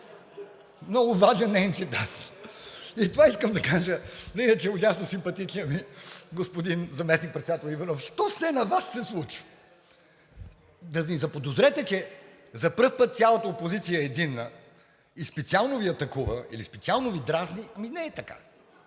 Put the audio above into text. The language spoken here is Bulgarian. Много важен неин цитат. Това искам да кажа на иначе ужасно симпатичния ми господин заместник-председател Иванов: „Що все на Вас се случи?“ Да ни заподозрете, че за първи път цялата опозиция е единна и специално Ви атакува или специално Ви дразни, ами не е така.